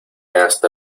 hasta